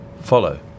follow